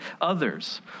others